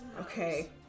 Okay